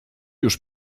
już